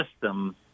system